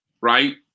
right